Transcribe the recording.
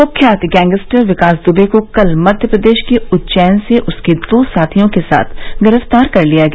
कुख्यात गैंगस्टर विकास दुबे को कल मध्य प्रदेश के उज्जैन से उसके दो साथियों के साथ गिरफ्तार कर लिया गया